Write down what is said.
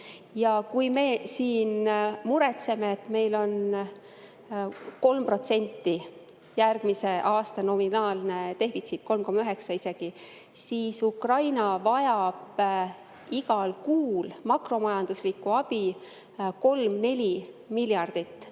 Ja kui me siin muretseme, et meil on 3% järgmise aasta nominaalne defitsiit, 3,9% isegi, siis Ukraina vajab igal kuul makromajanduslikku abi 3–4 miljardit,